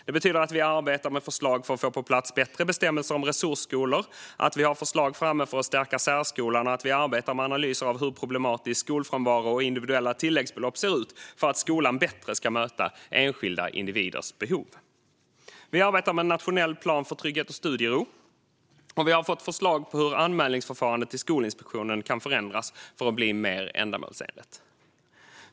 Det betyder att vi arbetar med förslag för att få på plats bättre bestämmelser om resursskolor, att vi har förslag framme för att stärka särskolan och att vi arbetar med analyser av hur problematisk skolfrånvaro och individuella tilläggsbelopp ser ut för att skolan bättre ska möta enskilda individers behov. Vi arbetar med en nationell plan för trygghet och studiero. Vi har fått förslag på hur anmälningsförfarandet till Skolinspektionen kan förändras för att bli mer ändamålsenligt.